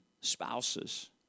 spouses